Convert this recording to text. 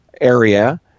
area